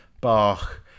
Bach